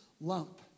lump